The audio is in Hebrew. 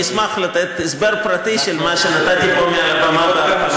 אני אשמח לתת הסבר פרטי של מה שנתתי פה מעל הבמה.